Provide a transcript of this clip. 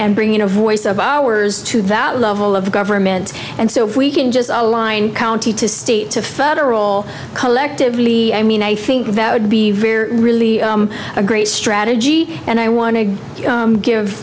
and bringing a voice of ours to that level of government and so if we can just align county to state to federal collectively i mean i think that would be very really a great strategy and i want to give